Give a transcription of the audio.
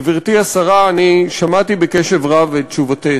גברתי השרה, שמעתי בקשב רק את תשובתך,